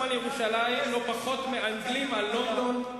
על ירושלים לא פחות מאנגלים על לונדון,